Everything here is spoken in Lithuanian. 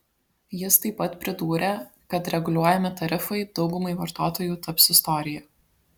jis taip pat pridūrė kad reguliuojami tarifai daugumai vartotojų taps istorija